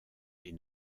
les